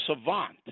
savant